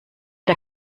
der